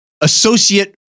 associate